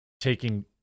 taking